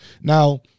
Now